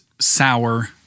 sour